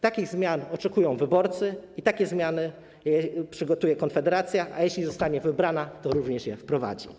Takich zmian oczekują wyborcy i takie zmiany przygotuje Konfederacja, a jeśli zostanie wybrana, to również je wprowadzi.